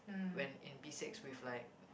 when in P-six with like